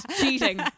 Cheating